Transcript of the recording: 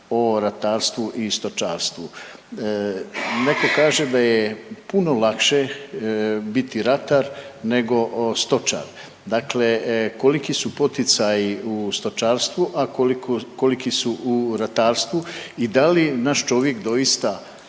o ratarstvu i stočarstvu? Neko kaže da je puno lakše biti ratar nego stočar, dakle koliki su poticaji u stočarstvu, a koliki su u ratarstvu i da li naš čovjek doista